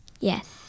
Yes